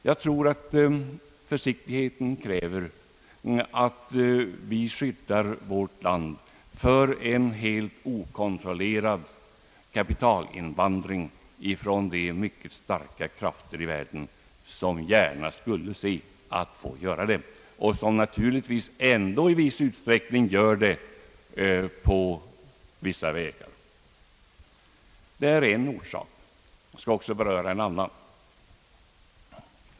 Jag tror att försiktigheten kräver att vi skyddar vårt land för en helt okontrollerad kapitalinvandring från de mycket starka krafter i världen, som gärna skulle vilja göra det och som naturligtvis ändå i viss utsträckning gör det på vissa vägar. Det är en orsak. Jag skall också beröra en annan.